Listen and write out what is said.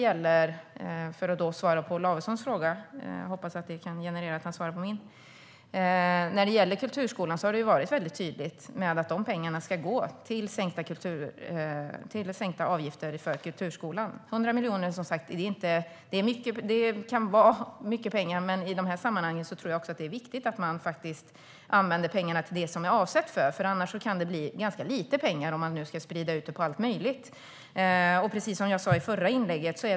Som svar på Lavessons fråga - det kanske kan leda till att han svarar på min - har det varit tydligt hela tiden att pengarna ska gå till sänkta avgifter för kulturskolan. 100 miljoner kan vara mycket pengar, men i de här sammanhangen är det också viktigt att man använder pengarna till det som de är avsedda för. Om de ska spridas ut på allt möjligt kan det annars bli ganska lite pengar.